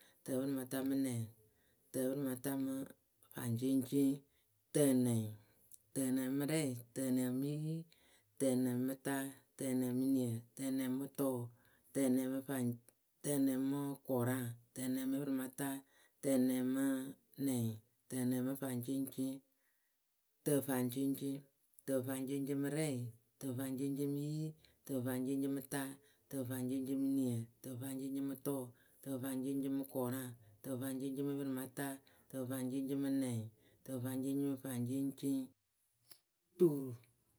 . tǝpɨrɩmata mɨ nɛŋ, tǝpɨrɩmata mɨ, faŋceŋceŋ, tǝnɛŋ, tǝnɛŋ mɨ rɛɩ, tǝnɛŋ mɨ yi. tǝnɛŋ mɨ ta, tǝnɛŋ mɨ niǝ, tǝnɛŋ mɨ tʊʊ, tǝnɛŋ mɨ faŋ, tǝnɛŋ mɨ kʊraŋ, tǝnɛŋ mɨ pɨrɩmata, tǝnɛŋ mɨ nɛŋ, tǝnɛŋ mɨ faŋceŋceŋ, tǝfaŋceŋceŋ, tǝfaŋceŋceŋ mɨ rɛɩ, tǝfaŋceŋceŋ mɨ yi, tǝfaŋceŋceŋ mɨ ta. tǝfaŋceŋceŋ mɨ niǝ, tǝfaŋceŋceŋ mɨ tʊʊ, tǝfaŋceŋceŋ mɨ kʊraŋ, tǝfaŋceŋceŋ, mɨ pɨrɩmata, tǝfaŋceŋceŋ mɨ nɛŋ, tǝfaŋceŋceŋ mɨ faŋceŋceŋ, tuuru.